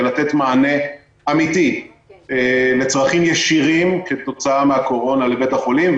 לתת מענה אמתי לצרכים ישירים כתוצאה מהקורונה לבית החולים.